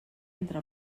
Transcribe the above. entre